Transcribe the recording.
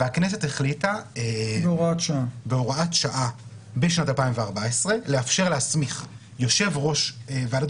והכנסת החליטה בהוראת שעה בשנת 2014 לאפשר להסמיך יושב-ראש ועדת